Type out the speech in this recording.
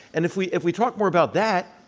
and if we if we talk more about that,